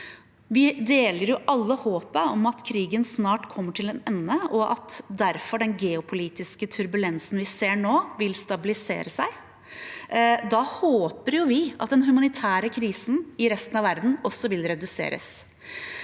Vi deler alle håpet om at krigen snart kommer til en ende, og at den geopolitiske turbulensen vi ser nå, da vil stabilisere seg. Da håper vi at også den humanitære krisen i resten av verden vil reduseres.